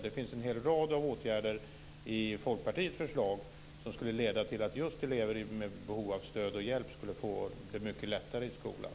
Det finns en hel rad åtgärder i Folkpartiets förslag som skulle leda till att just elever med behov av stöd och hjälp skulle få det mycket lättare i skolan.